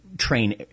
train